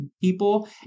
people